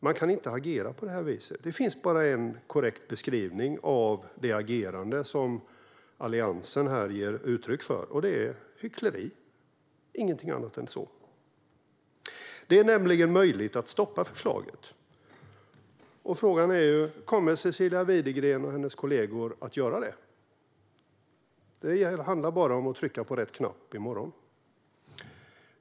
Man kan inte agera på detta vis. Det finns bara en korrekt beskrivning av det agerande som Alliansen här ger uttryck för, nämligen hyckleri. Det är ingenting annat än det. Det är nämligen möjligt att stoppa förslaget. Frågan är om Cecilia Widegren och hennes kollegor kommer att göra det. Det handlar bara om att trycka på rätt knapp i morgon.